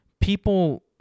people